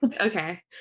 Okay